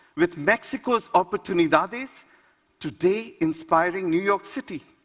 with mexico's oportunidades today inspiring new york city.